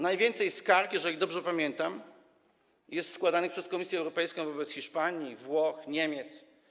Najwięcej skarg, jeżeli dobrze pamiętam, jest składanych przez Komisję Europejską wobec Hiszpanii, Włoch, Niemiec.